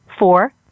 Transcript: Four